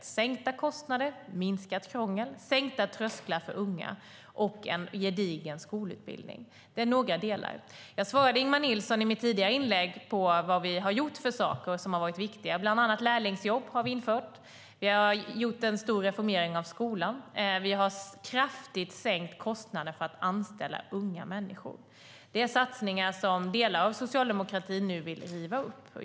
Vi behöver sänkta kostnader, minskat krångel, sänkta trösklar för unga och en gedigen skolutbildning. Det är några delar. Jag svarade i mitt tidigare inlägg på Ingemar Nilssons frågor om vad vi har gjort för saker som har varit viktiga. Vi har bland annat infört lärlingsjobb, vi har gjort en stor reformering av skolan och vi har kraftigt sänkt kostnaden för att anställa unga människor. Det är satsningar som delar av socialdemokratin nu vill riva upp.